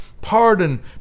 Pardon